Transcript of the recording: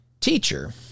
teacher